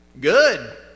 good